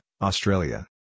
Australia